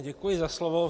Děkuji za slovo.